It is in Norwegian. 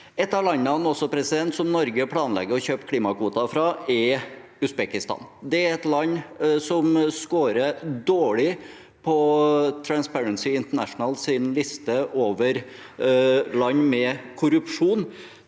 Et av landene som Norge planlegger å kjøpe klimakvoter fra, er Usbekistan. Det er et land som scorer dårlig på Transparency Internationals liste over land med korrupsjon.